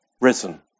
risen